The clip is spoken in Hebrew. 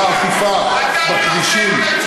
הוגברה האכיפה בכבישים,